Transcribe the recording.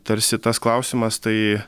tarsi tas klausimas tai